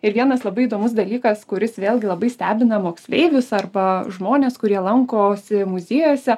ir vienas labai įdomus dalykas kuris vėlgi labai stebina moksleivius arba žmones kurie lankosi muziejuose